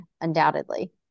undoubtedly